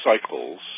cycles